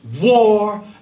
war